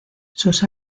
sus